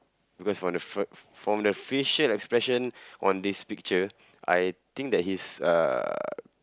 because from the fr~ from the facial expression on this picture I think that he's uh